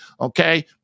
okay